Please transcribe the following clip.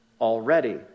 already